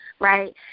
right